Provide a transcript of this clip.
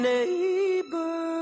Neighbor